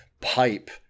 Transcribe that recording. pipe